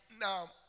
Now